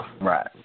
Right